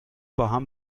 باهم